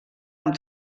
amb